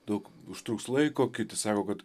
daug užtruks laiko kiti sako kad